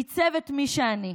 עיצב את מי שאני,